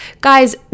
guys